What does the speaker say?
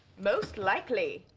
most likely.